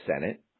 Senate